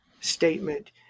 statement